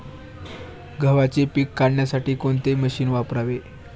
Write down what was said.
गव्हाचे पीक काढण्यासाठी कोणते मशीन वापरावे?